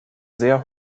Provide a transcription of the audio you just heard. sehr